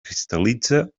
cristal·litza